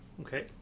okay